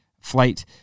flight